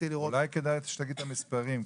אולי כדאי שתגיד את המספרים,